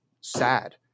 sad